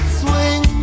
swing